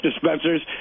dispensers